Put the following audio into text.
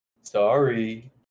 Sorry